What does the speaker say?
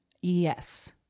Yes